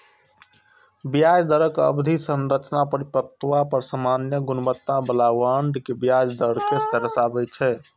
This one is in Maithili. ब्याज दरक अवधि संरचना परिपक्वता पर सामान्य गुणवत्ता बला बांड के ब्याज दर कें दर्शाबै छै